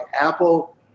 Apple